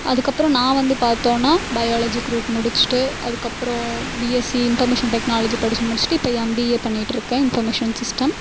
அதுக்கப்புறோம் நான் வந்து பார்த்தோன்னா பயாலஜி க்ரூப் முடித்திட்டு அதுக்கப்பறம் பிஎஸ்சி இன்ஃபர்மேஷன் டெக்னாலஜி படிச்சு முடிச்சிட்டு இப்போ எம்பிஏ பண்ணிட்டிருக்கேன் இன்ஃபர்மேஷன் சிஸ்டம்